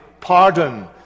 pardon